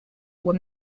were